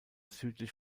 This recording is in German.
südlich